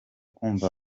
kumva